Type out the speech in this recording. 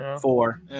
four